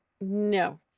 no